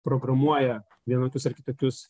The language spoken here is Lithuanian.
programuoja vienokius ar kitokius